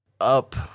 up